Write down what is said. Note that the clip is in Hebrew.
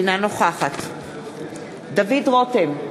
אינה נוכחת דוד רותם,